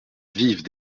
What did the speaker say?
vives